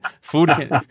food